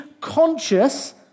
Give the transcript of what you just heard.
conscious